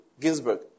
Ginsburg